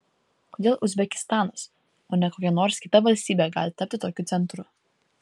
kodėl uzbekistanas o ne kokia nors kita valstybė gali tapti tokiu centru